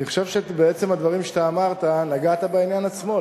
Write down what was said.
אני חושב שבעצם הדברים שאתה אמרת נגעת בעניין עצמו,